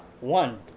one